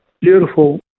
beautiful